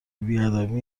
بیادبی